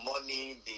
money